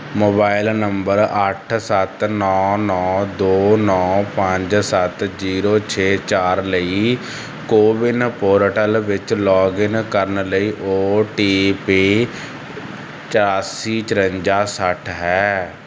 mobile number ਅੱਠ ਸੱਤ ਨੌਂ ਨੌਂ ਦੋ ਨੌਂ ਪੰਜ ਸੱਤ ਜੀਰੋ ਛੇ ਚਾਰ ਲਈ ਕੋਵਿਨ ਪੋਰਟਲ ਵਿੱਚ ਲੌਗਇਨ ਕਰਨ ਲਈ ਓ ਟੀ ਪੀ ਚਰਾਸੀ ਚੁਰੰਜਾ ਸੱਠ ਹੈ